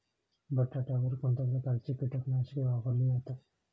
बटाट्यावर कोणत्या प्रकारची कीटकनाशके वापरली जातात?